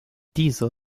dieser